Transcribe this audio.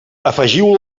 afegiu